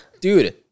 Dude